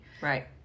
Right